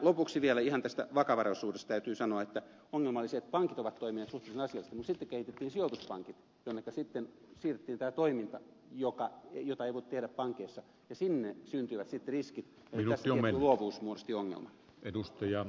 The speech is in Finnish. lopuksi vielä tästä vakavaraisuudesta täytyy sanoa että ongelma oli se että pankit ovat toimineet suhteellisen asiallisesti mutta sitten kehitettiin sijoituspankit jonneka siirrettiin tämä toiminta jota ei voi tehdä pankeissa ja sinne syntyivät sitten riskit ja tässäkin ehkä luovuus muodosti ongelman